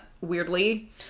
weirdly